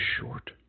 short